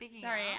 sorry